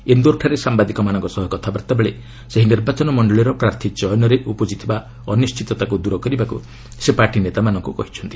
ଇନ୍ଦୋରଠାରେ ସାମ୍ଭାଦିକମାନଙ୍କ ସହ କଥାବାର୍ତ୍ତା ବେଳେ ସେହି ନିର୍ବାଚନ ମଣ୍ଡଳୀର ପ୍ରାର୍ଥୀ ଚୟନରେ ଉପୁଜିଥିବା ଅନିଶ୍ଚିତତାକୁ ଦୂର କରିବାକୁ ସେ ପାର୍ଟି ନେତାଙ୍କୁ କହିଛନ୍ତି